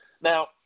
Now